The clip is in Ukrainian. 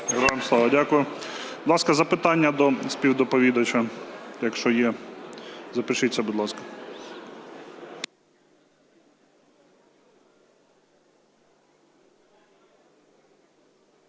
Дякую. Будь ласка, запитання до співдоповідача, якщо є. Запишіться, будь ласка.